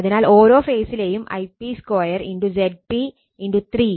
അതിനാൽ ഓരോ ഫേസിലെയും Ip2 Zp × 3